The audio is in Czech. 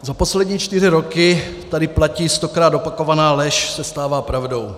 Za poslední čtyři roky tady platí, že stokrát opakovaná lež se stává pravdou.